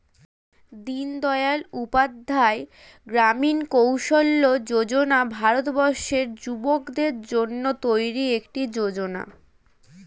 দিনদয়াল উপাধ্যায় গ্রামীণ কৌশল্য যোজনা ভারতবর্ষের যুবকদের জন্য তৈরি একটি যোজনা